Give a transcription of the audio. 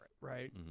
right